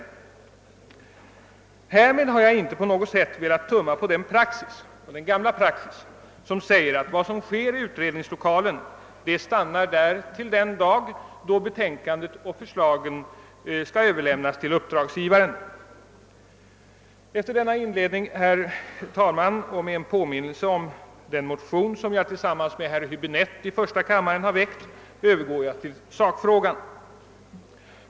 Härmed har jag inte på något sätt velat tumma på den gamla praxis som säger att vad som sker i utredningslokalen, det stannar där till den dag då betänkandet och förslagen skall överlämnas till uppdragsgivaren. Efter denna inledning, herr talman, och med en påminnelse om den motion som jag tillsammans med herr Häbinette i första kammaren har väckt övergår jag till sakfrågan.